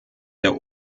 der